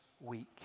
week